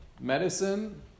medicine